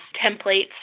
templates